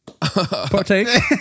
Partake